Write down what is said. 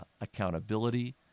accountability